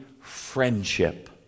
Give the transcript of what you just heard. friendship